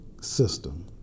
system